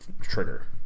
trigger